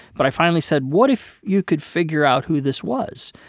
but i finally said, what if you could figure out who this was?